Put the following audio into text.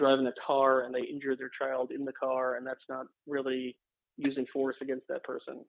driving a tar and injure their child in the car and that's not really using force against that person